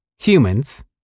humans